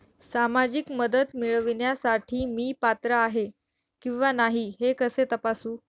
सामाजिक मदत मिळविण्यासाठी मी पात्र आहे किंवा नाही हे कसे तपासू?